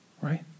right